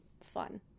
fun